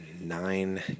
nine